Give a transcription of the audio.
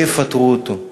לא יפטרו אותו.